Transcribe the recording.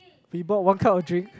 we bought one cup of drink